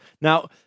Now